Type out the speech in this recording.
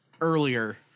earlier